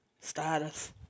status